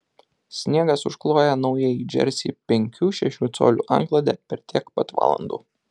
sniegas užkloja naująjį džersį penkių šešių colių antklode per tiek pat valandų